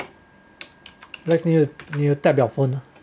you you tap your phone ah